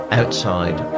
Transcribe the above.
outside